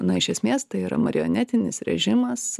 na iš esmės tai yra marionetinis režimas